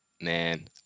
Man